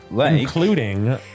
including